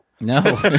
No